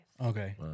Okay